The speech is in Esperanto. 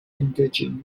indiĝenaj